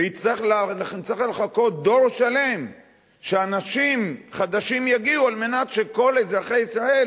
ונצטרך לחכות דור שלם שאנשים חדשים יגיעו על מנת שכל אזרחי ישראל